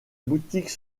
boutique